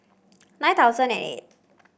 nine thousand and eight